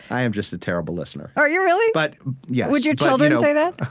i am just a terrible listener are you really? but yes would your children say that?